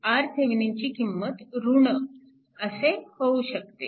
RThevenin ची किंमत ऋण असे होऊ शकते